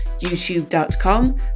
youtube.com